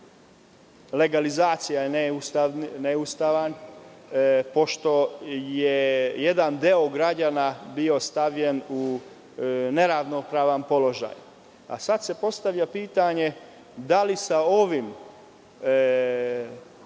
legalizacija neustavna pošto je jedan deo građana bio stavljen u neravnopravan položaj, a sada se postavlja pitanje – da li se sa ovom